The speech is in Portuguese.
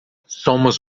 somos